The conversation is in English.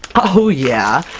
oh yeah!